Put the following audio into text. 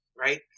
Right